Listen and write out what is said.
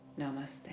Namaste